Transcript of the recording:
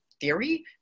theory